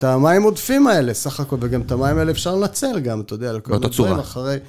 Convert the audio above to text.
את המים הודפים האלה, סך הכול, וגם את המים האלה אפשר לנצל גם, אתה יודע, על כל מיני דברים אחרי...